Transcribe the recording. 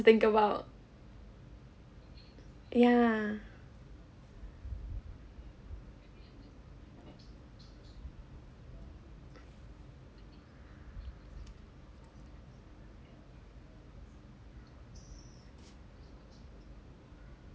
think about ya